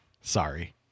Sorry